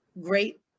great